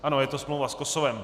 Ano, je to smlouva s Kosovem.